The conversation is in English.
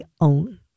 own